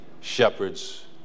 shepherds